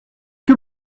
que